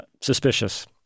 suspicious